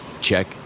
check